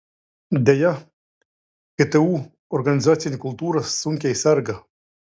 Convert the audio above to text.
deja ktu organizacinė kultūra sunkiai serga